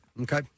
Okay